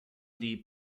die